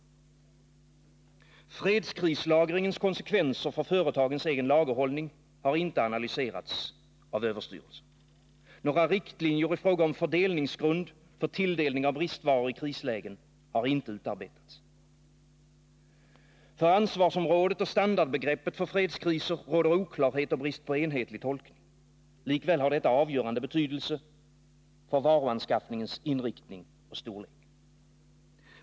Fredskrislagringens konsekvenser för företagens egen lagerhållning har inte analyserats av överstyrelsen. Några riktlinjer i fråga om fördelnings grund för tilldelning av bristvaror i krislägen har inte utarbetats. För ansvarsområdet och standardbegreppet för fredskriser råder oklarhet och brist på enhetlig tolkning. Likväl har dessa avgörande betydelse för varuanskaffningens inriktning och storlek.